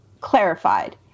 clarified